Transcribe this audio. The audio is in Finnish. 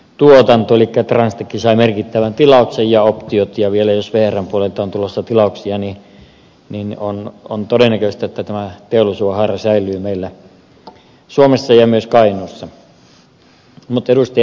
elikkä transtech sai merkittävän tilauksen ja optiot ja vielä jos vrn puolelta on tulossa tilauksia niin on todennäköistä että tämä teollisuudenhaara säilyy meillä suomessa ja myös kainuussa